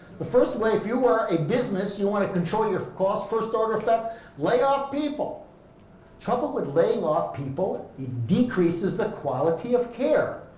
the first way, if you were a business, you want to control your costs first order effect lay off people. the trouble with laying off people it decreases the quality of care.